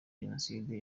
jenoside